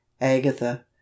Agatha